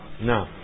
No